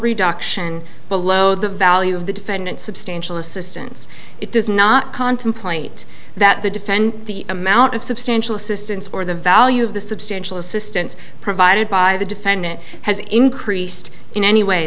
reduction below the value of the defendant substantial assistance it does not contemplate that the defendant the amount of substantial assistance or the value of the substantial assistance provided by the defendant has increased in any way